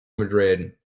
madrid